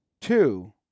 two